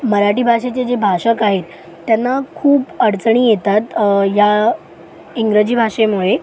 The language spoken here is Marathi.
मराठी भाषेचे जे भाषक आहेत त्यांना खूप अडचणी येतात या इंग्रजी भाषेमुळे